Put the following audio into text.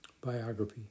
biography